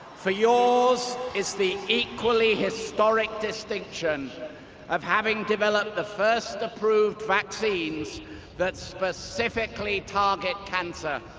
for yours is the equally historic distinction of having developed the first approved vaccines that specifically target cancer.